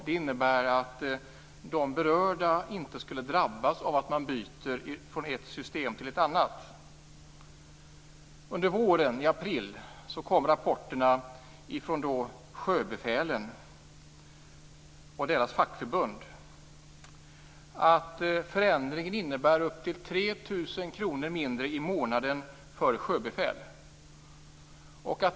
Det innebär att berörda inte skulle drabbas av byte från ett system till ett annat. Under våren, närmare bestämt i april, kom rapporter från sjöbefälen och deras fackförbund om att förändringen innebär att det blir uppemot 3 000 kr mindre i månaden för sjöbefäl.